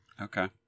Okay